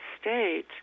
state